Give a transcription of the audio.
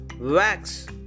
wax